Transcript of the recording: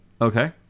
Okay